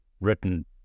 written